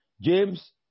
James